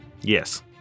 Yes